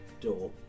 door